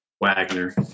Wagner